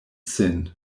sin